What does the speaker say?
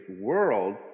world